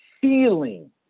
feeling